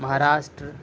Maharashtra